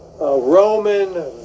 Roman